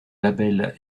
label